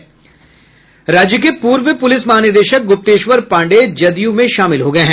राज्य के पूर्व पुलिस महानिदेशक गुप्तेश्वर पांडेय जदयू में शामिल हो गये है